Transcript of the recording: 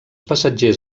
passatgers